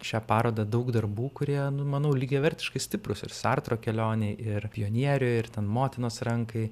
šią parodą daug darbų kurie nu manau lygiavertiškai stiprūs ir sartro kelionei ir pionieriui ir ten motinos rankai